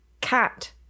cat